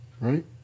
right